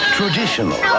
traditional